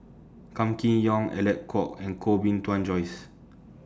Kam Kee Yong Alec Kuok and Koh Bee Tuan Joyce